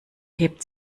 hebt